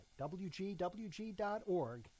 WGWG.org